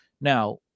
Now